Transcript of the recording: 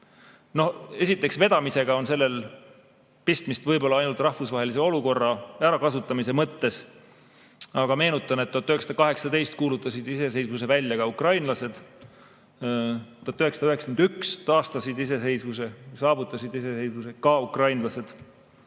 Esiteks, vedamisega on sellel pistmist võib-olla ainult rahvusvahelise olukorra ärakasutamise mõttes. Ma meenutan, et 1918 kuulutasid iseseisvuse välja ka ukrainlased. 1991 taastasid iseseisvuse, saavutasid iseseisvuse ka ukrainlased